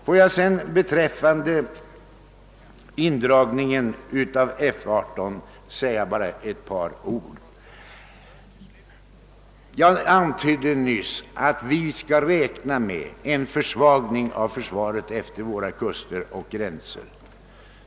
Låt mig sedan beträffande indragningen av F 18 säga ett par ord. Jag antydde nyss att vi skall räkna med en försvagning av försvaret längs våra kuster och gränser.